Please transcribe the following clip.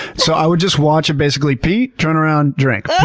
so, i would just watch it basically pee, turnaround, drink,